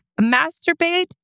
masturbate